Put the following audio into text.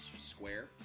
square